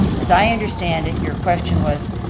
as i understand it, your question was,